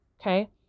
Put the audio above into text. Okay